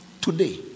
Today